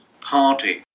party